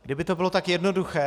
Kdyby to bylo tak jednoduché.